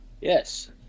Yes